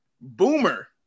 Boomer